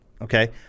okay